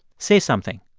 say something.